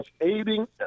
aiding